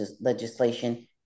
legislation